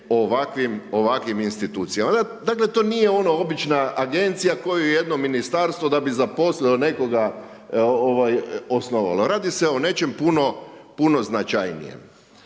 ovakvim institucijama. Dakle, to nije ono obična agencija koju jedno ministarstvo da bi zaposlilo nekoga osnovalo. Radi se o nečem puno značajnijem,